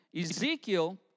Ezekiel